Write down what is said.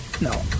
No